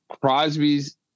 Crosby's